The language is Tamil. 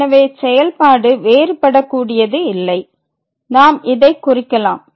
எனவே செயல்பாடு வேறுபடக்கூடியது இல்லை நாம் இதை குறிக்கலாம்